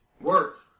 work